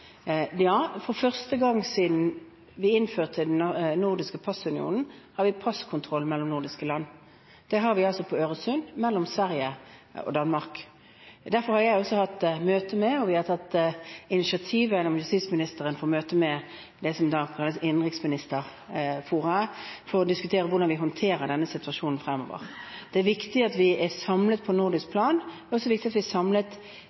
For første gang siden vi innførte den nordiske passunionen, har vi passkontroll mellom nordiske land – det har vi altså på Øresund, mellom Sverige og Danmark. Derfor har jeg også hatt møte, vi har tatt initiativ gjennom justisministeren, med det som kalles innenriksministerforumet for å diskutere hvordan vi håndterer denne situasjonen fremover. Det er viktig at vi er samlet på nordisk plan, det er også viktig at vi er samlet